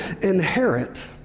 inherit